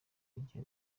ibyo